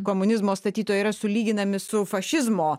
komunizmo statytojai yra sulyginami su fašizmo